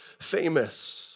famous